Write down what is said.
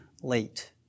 late